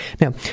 Now